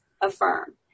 affirm